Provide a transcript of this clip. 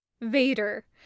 Vader